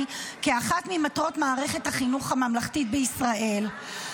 כאחת ממטרות מערכת החינוך הממלכתית בישראל.